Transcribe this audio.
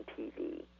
TV